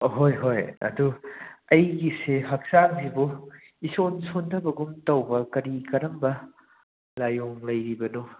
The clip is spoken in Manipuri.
ꯑꯍꯣꯏ ꯍꯣꯏ ꯑꯗꯨ ꯑꯩꯒꯤꯁꯦ ꯍꯛꯆꯥꯡꯁꯣꯕꯨ ꯏꯁꯣꯟ ꯁꯣꯟꯊꯕꯒꯨꯝ ꯇꯧꯕ ꯀꯔꯤ ꯀꯔꯝꯕ ꯂꯥꯏꯋꯣꯡ ꯂꯩꯔꯤꯕꯅꯣ